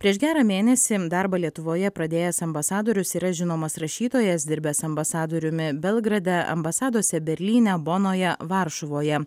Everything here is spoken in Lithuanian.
prieš gerą mėnesį darbą lietuvoje pradėjęs ambasadorius yra žinomas rašytojas dirbęs ambasadoriumi belgrade ambasadose berlyne bonoje varšuvoje